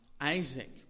Isaac